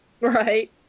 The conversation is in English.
Right